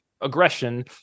aggression